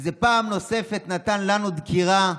וזו פעם נוספת נתן לנו דקירה,